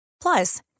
Plus